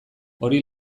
hori